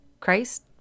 Christ